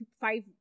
five